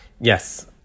Yes